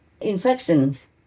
infections